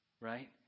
Right